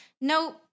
no